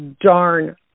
darn